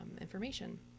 information